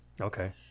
okay